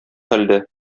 хәлдә